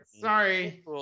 Sorry